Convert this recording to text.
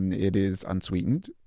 and it is unsweetened,